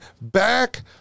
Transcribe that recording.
back